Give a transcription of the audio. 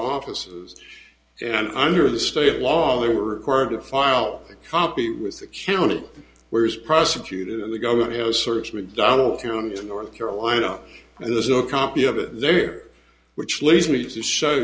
offices and under the state law they were required to file a copy with the county where is prosecuted and the government has searched mcdonald town in north carolina and there's no copy of it there which leads me to show